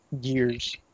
years